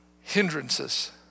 Hindrances